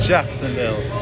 Jacksonville